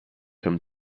him